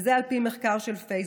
וזה על פי מחקר של פייסבוק.